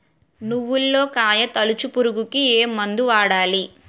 నువ్వులలో కాయ తోలుచు పురుగుకి ఏ మందు వాడాలి?